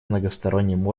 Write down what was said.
многосторонним